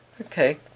Okay